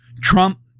Trump